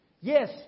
Yes